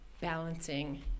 balancing